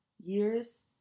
years